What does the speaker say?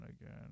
again